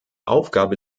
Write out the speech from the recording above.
aufgabe